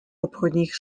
obchodních